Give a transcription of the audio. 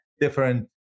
different